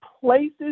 places